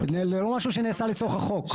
זה לא משהו שנעשה לצורך החוק.